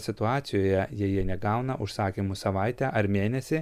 situacijoje jei jie negauna užsakymų savaitę ar mėnesį